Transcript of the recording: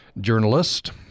journalist